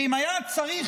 אם היה צריך